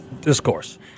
discourse